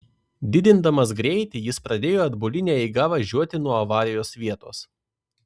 didindamas greitį jis pradėjo atbuline eiga važiuoti nuo avarijos vietos